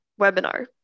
webinar